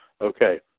Okay